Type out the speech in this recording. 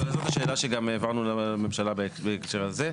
וזאת השאלה שגם העברנו לממשלה בהקשר הזה.